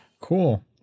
Cool